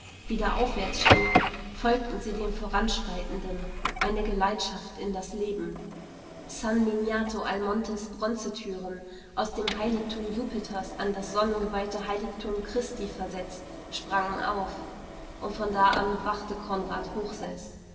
wieder aufwärts stieg folgten sie dem voranschreitenden eine geleitschaft in das leben san miniato al montes bronzetüren aus dem heiligtum jupiters an das sonnengeweihte heiligtum christi versetzt sprangen auf und von da an wachte konrad hochseß